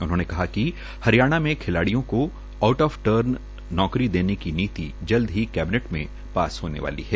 उनहोंने कहा कि हरियाणा में खिलाडिय़ों को आउट टर्न नौकरी देने की नीति जल्द ही कैबिनेट में पास होने वाली है